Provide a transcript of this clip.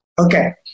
Okay